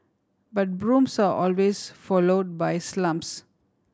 but brooms are always followed by slumps